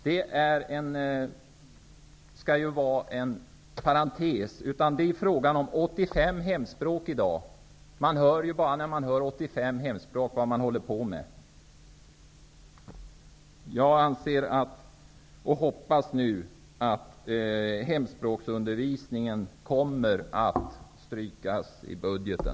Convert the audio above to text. Hemspråksundervisningen i skolan skall vara en parentes. Det är frågan om 85 hemspråk i dag. Det hörs ju vad det är man håller på med! Jag hoppas nu att hemspråksundervisningen kommer att strykas i budgeten.